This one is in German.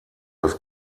das